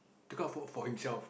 take out for for himself